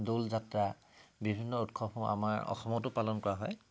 দৌল যাত্ৰা বিভিন্ন উৎসৱসমূহ আমাৰ অসমতো পালন কৰা হয়